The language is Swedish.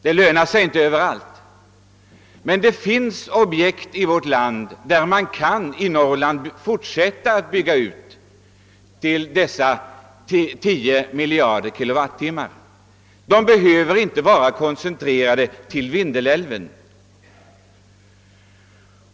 Den lönar sig inte överallt, men det finns objekt i Norrland vilka man kan fortsätta att bygga ut för att vinna dessa 10 mil jarder kilowattimmar. De behöver inte vara koncentrerade till Vindelälven.